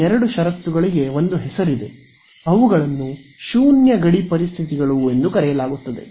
ಈ ಎರಡು ಷರತ್ತುಗಳಿಗೆ ಒಂದು ಹೆಸರಿದೆ ಅವುಗಳನ್ನು ಶೂನ್ಯ ಗಡಿ ಪರಿಸ್ಥಿತಿಗಳು ಎಂದು ಕರೆಯಲಾಗುತ್ತದೆ